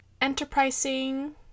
Enterprising